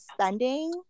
spending